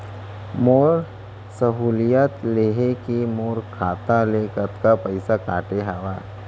मोर सहुलियत लेहे के मोर खाता ले कतका पइसा कटे हवये?